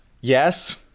yes